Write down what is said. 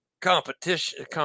competition